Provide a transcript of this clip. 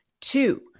Two